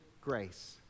grace